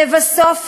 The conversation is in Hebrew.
לבסוף,